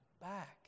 back